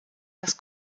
das